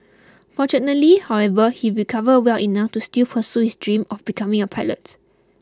fortunately however he recovered well enough to still pursue his dream of becoming a pilot